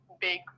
big